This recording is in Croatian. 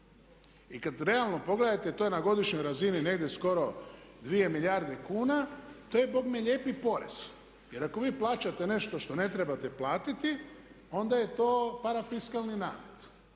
I kad realno pogledate to je na godišnjoj razini negdje skoro 2 milijarde kuna to je bogme lijepi porez. Jer ako vi plaćate nešto što ne trebate platiti, onda je to parafiskalni namet.